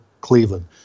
Cleveland